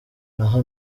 n’aho